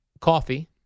Coffee